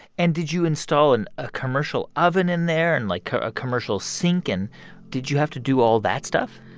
and did you install and a commercial oven in there and, like, a commercial sink? and did you have to do all that stuff?